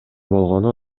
болгону